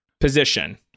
position